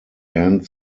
end